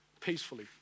peacefully